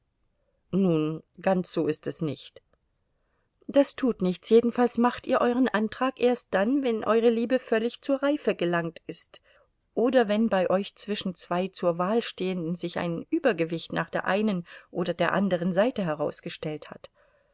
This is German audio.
nun ganz so ist es nicht das tut nichts jedenfalls macht ihr euren antrag erst dann wenn eure liebe völlig zur reife gelangt ist oder wenn bei euch zwischen zwei zur wahl stehenden sich ein übergewicht nach der einen oder der anderen seite herausgestellt hat